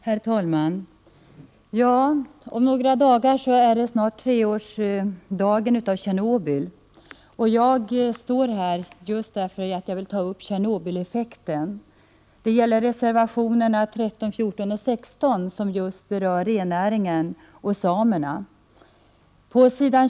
Herr talman! Om några dagar är det på dagen tre år sedan Tjernobylolyckan inträffade. Jag står här i talarstolen just för att jag vill ta upp Tjernobyleffekten. Det gäller reservationerna 13, 14 och 16 som berör rennäringen och samerna. Pås.